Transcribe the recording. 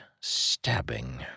Stabbing